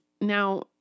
now